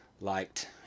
liked